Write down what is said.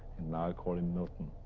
and now i call him milton.